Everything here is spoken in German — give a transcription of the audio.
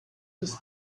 des